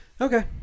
Okay